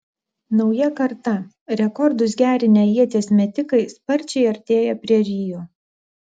nauja karta rekordus gerinę ieties metikai sparčiai artėja prie rio